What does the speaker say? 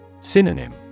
Synonym